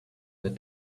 the